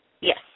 Yes